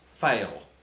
fail